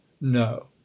no